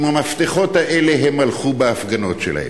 עם המפתחות האלה הם הלכו בהפגנות שלהם.